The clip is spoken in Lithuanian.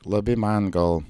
labai man gal